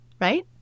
right